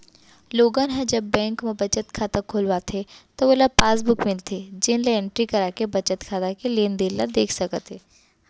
लोगन ह जब बेंक म बचत खाता खोलवाथे त ओला पासबुक मिलथे जेन ल एंटरी कराके बचत खाता के लेनदेन ल देख सकत हे